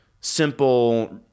simple